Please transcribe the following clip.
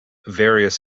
various